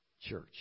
Church